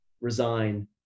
resign